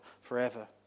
forever